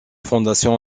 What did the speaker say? fondation